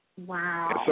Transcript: Wow